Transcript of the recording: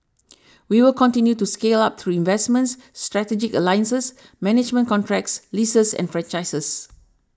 we will continue to scale up through investments strategic alliances management contracts leases and franchises